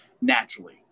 naturally